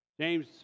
James